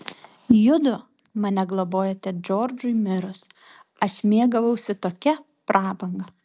judu mane globojote džordžui mirus aš mėgavausi tokia prabanga